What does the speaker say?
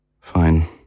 Fine